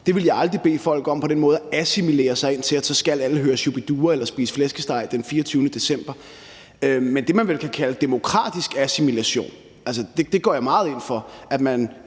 Jeg ville aldrig bede folk om på den måde at assimilere sig ind til, at så skal alle høre Shu-bi-dua eller spise flæskesteg den 24. december. Men det, man vel kan kalde demokratisk assimilation, går jeg meget ind for, altså